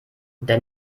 der